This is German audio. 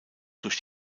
durch